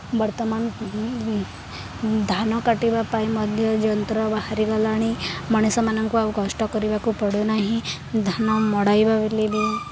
ବର୍ତ୍ତମାନ ଧାନ କାଟିବା ପାଇଁ ମଧ୍ୟ ଯନ୍ତ୍ର ବାହାରିଗଲାଣି ମଣିଷମାନଙ୍କୁ ଆଉ କଷ୍ଟ କରିବାକୁ ପଡ଼ୁନାହିଁ ଧାନ ମଡ଼ାଇବା ବେଳେ ବି